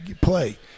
play